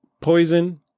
Poison